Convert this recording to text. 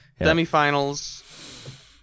semifinals